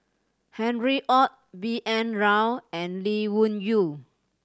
Harry Ord B N Rao and Lee Wung Yew